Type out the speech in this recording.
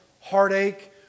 heartache